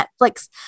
Netflix